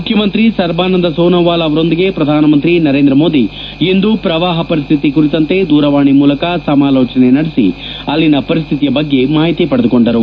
ಮುಖ್ಯಮಂತ್ರಿ ಸರ್ಬಾನಂದ್ ಸೋನೊವಾಲ್ ಅವರೊಂದಿಗೆ ಪ್ರಧಾನಮಂತ್ರಿ ನರೇಂದ್ರ ಮೋದಿ ಇಂದು ಪ್ರವಾಪ ಪರಿಸ್ನಿತಿ ಕುರಿತಂತೆ ದೂರವಾಣಿ ಮೂಲಕ ಸಮಾಲೋಚನೆ ನಡೆಸಿ ಅಲ್ಲಿನ ಪರಿಸ್ತಿತಿಯ ಬಗ್ಗೆ ಮಾಹಿತಿ ಪಡೆದುಕೊಂಡರು